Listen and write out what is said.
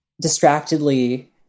distractedly